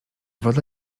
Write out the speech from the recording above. woda